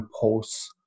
posts